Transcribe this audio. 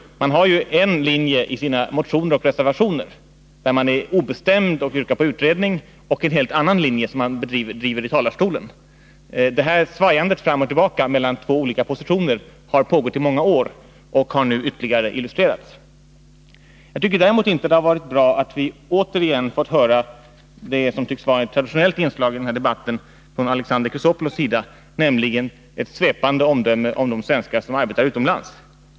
De driver en linje i sina motioner och reservationer, där man är obestämd och yrkar på utredning. Men från denna talarstol driver man en helt annan linje. Detta svajande fram och tillbaka mellan två olika positioner har pågått i många år och har nu ytterligare illustrerats. Jag tycker däremot inte det är bra att vi återigen har fått höra vad som tycks vara ett traditionellt inslag i den här debatten från Alexander Chrisopoulos, nämligen ett svepande omdöme om de svenskar som arbetar utomlands.